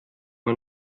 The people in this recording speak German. man